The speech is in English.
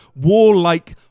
warlike